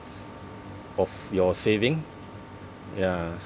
of your saving ya